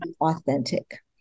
authentic